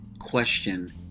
question